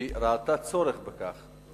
כי ראתה צורך בכך.